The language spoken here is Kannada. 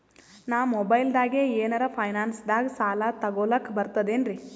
ನಾ ಮೊಬೈಲ್ದಾಗೆ ಏನರ ಫೈನಾನ್ಸದಾಗ ಸಾಲ ತೊಗೊಲಕ ಬರ್ತದೇನ್ರಿ?